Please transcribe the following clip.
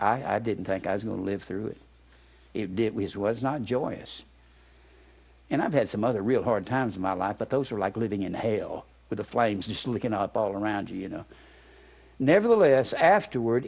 i didn't think i was going to live through it it was was not joyous and i've had some other real hard times in my life but those are like living in a hail with the flames just looking up all around you know nevertheless afterward